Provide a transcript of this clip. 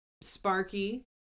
Sparky